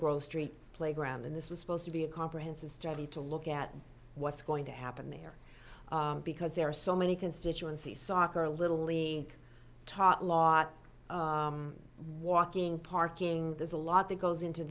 girl street playground and this was supposed to be a comprehensive study to look at what's going to happen there because there are so many constituencies soccer little e tot lot walking parking there's a lot that goes into